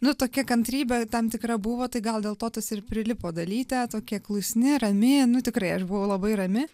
nu tokia kantrybė tam tikra buvo tai gal dėl to tas ir prilipo dalytė tokia klusni rami nu tikrai aš buvau labai rami